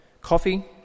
Coffee